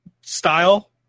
style